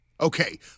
Okay